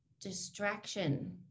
distraction